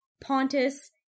Pontus